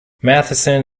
matheson